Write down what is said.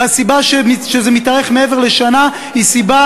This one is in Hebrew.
והסיבה שזה מתארך מעבר לשנה היא סיבה